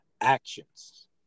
actions